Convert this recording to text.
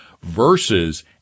versus